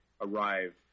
arrive